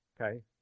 okay